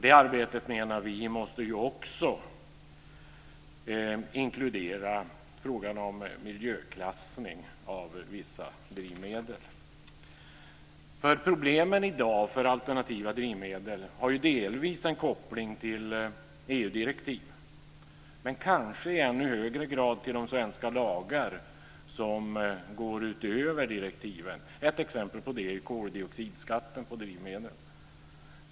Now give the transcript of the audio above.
Det arbetet måste också inkludera frågan om miljöklassning av vissa drivmedel. Problemen i dag för alternativa drivmedel har delvis en koppling till EU-direktiv, men kanske i ännu högre grad till de svenska lagar som går utöver direktiven. Ett exempel på det är koldioxidskatten på drivmedel.